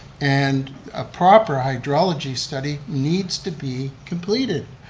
and a proper hydrology study needs to be completed.